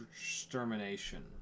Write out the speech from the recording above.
extermination